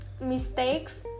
mistakes